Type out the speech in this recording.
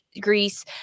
Greece